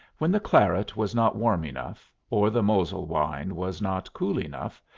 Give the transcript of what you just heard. when the claret was not warm enough, or the moselle wine was not cool enough,